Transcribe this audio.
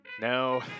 No